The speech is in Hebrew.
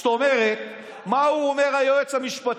זאת אומרת, מה הוא אומר, היועץ המשפטי?